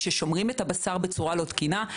כששומרים את הבשר בצורה לא תקינה.